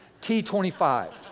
T25